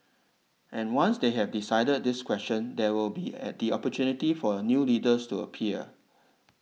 and once they have decided this question there will be at the opportunity for new leaders to appear